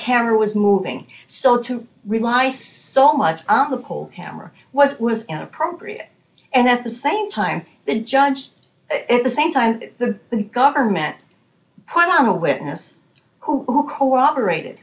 camera was moving so to rely so much on the whole camera was it was inappropriate and at the same time they judged the same time the government put on a witness who cooperated